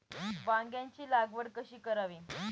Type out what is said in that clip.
वांग्यांची लागवड कशी करावी?